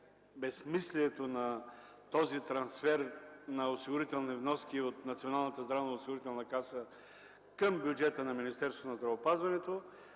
безсмислието на трансфера на осигурителни вноски от Националната здравноосигурителна каса към бюджета на Министерството на здравеопазването.